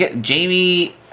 Jamie